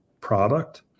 product